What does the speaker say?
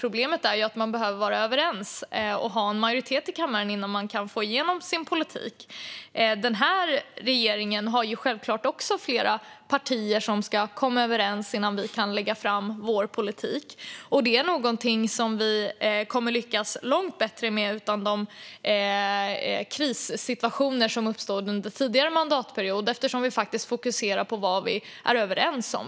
Problemet är att man behöver vara överens och ha majoritet i kammaren innan man kan få igenom sin politik. I den här regeringen har vi också flera partier som ska komma överens innan vi kan lägga fram vår politik. Det är något som vi kommer att lyckas långt bättre med än den förra regeringen, med de krissituationer som uppstod under tidigare mandatperioder, eftersom vi fokuserar på vad vi är överens om.